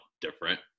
different